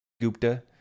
Gupta